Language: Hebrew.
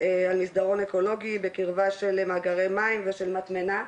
על מסדרון אקולוגי, בקרבה של מאגרי מים ושל מטמנה.